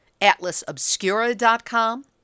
AtlasObscura.com